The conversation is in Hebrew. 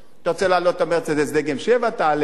אתה רוצה להעלות את ה"מרצדס" דגם 7, תעלה.